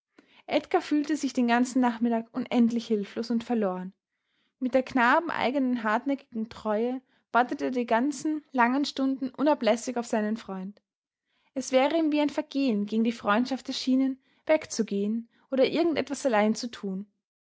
edgar fühlte sich den ganzen nachmittag unendlich hilflos und verloren mit der knaben eigenen hartnäckigen treue wartete er die ganzen langen stunden unablässig auf seinen freund es wäre ihm wie ein vergehen gegen die freundschaft erschienen wegzugehen oder irgend etwas allein zu tun